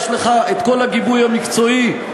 יש לך כל הגיבוי המקצועי,